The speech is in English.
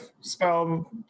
spell